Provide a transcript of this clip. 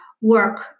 work